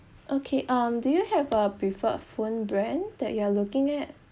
okay um do you have a preferred phone brand that you are looking at